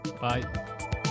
Bye